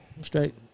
Straight